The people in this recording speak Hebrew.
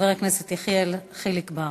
חבר הכנסת יחיאל חיליק בר.